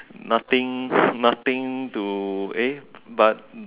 nothing nothing to eh but